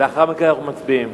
ולאחר מכן אנחנו מצביעים.